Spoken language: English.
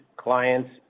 clients